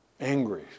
angry